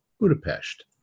Budapest